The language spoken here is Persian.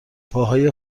پاهای